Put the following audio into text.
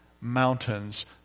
mountains